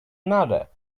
another